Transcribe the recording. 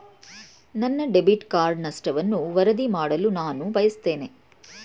ನನ್ನ debit card ನಷ್ಟವನ್ನು ವರದಿ ಮಾಡಲು ನಾನು ಬಯಸುತ್ತೇನೆ